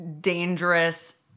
dangerous